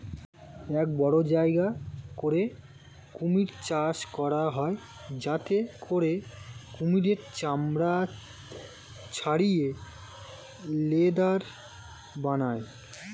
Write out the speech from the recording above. এক বড় জায়গা করে কুমির চাষ করা হয় যাতে করে কুমিরের চামড়া ছাড়িয়ে লেদার বানায়